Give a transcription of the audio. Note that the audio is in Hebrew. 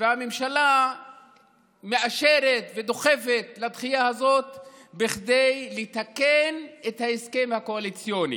והממשלה מאשרת ודוחפת לדחייה הזאת כדי לתקן את ההסכם הקואליציוני.